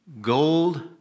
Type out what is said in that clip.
gold